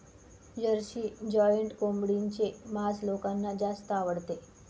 Jersey giant कोंबडीचे मांस लोकांना जास्त आवडते